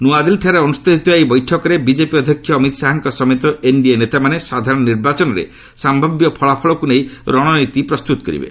ନୂଆଦିଲ୍ଲୀଠାରେ ଅନୁଷ୍ଠିତ ହେଉଥିବା ଏହି ବୈଠକରେ ବିକେପି ଅଧ୍ୟକ୍ଷ ଅମିତ ଶାହାଙ୍କ ସମେତ ଏନ୍ଡିଏ ନେତାମାନେ ସାଧାରଣ ନିର୍ବାଚନରେ ସମ୍ଭାବ୍ୟ ଫଳାଫଳକୁ ନେଇ ରଣନୀତି ପ୍ରସ୍ତୁତି କରିବେ